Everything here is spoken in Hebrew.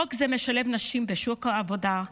חוק זה ישלב נשים בשוק העבודה,